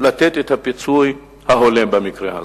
לתת את הפיצוי ההולם במקרה הזה.